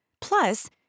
Plus